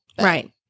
Right